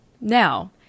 Now